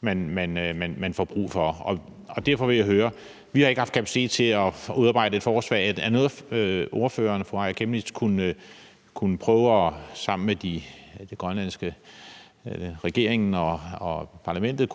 man får brug for. Derfor vil jeg høre: Vi har ikke haft kapacitet til at udarbejde et forslag, men er det noget, ordføreren, fru Aaja Chemnitz, kunne prøve sammen med den grønlandske regering og parlamentet